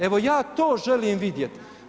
Evo ja to želim vidjeti.